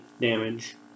damage